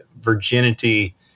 virginity